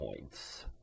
points